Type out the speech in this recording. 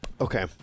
Okay